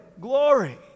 glory